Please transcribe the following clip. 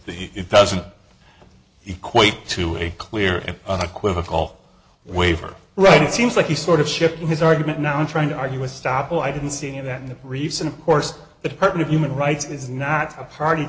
that he doesn't equate to a clear and unequivocal waiver right it seems like he's sort of shifting his argument now in trying to argue with stoppel i didn't see any of that in the recent course the department of human rights is not a party